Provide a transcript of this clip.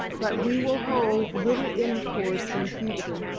but we will hold little intercourse in future,